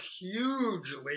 hugely